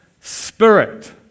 spirit